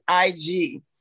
IG